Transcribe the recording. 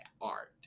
art